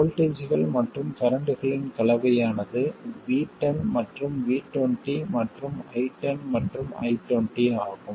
வோல்ட்டேஜ்கள் மற்றும் கரண்ட்களின் கலவையானது V10 மற்றும் V20 மற்றும் I10 மற்றும் I20 ஆகும்